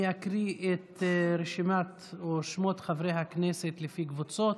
אני אקריא את שמות חברי הכנסת לפי קבוצות: